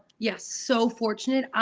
yes, so fortunate,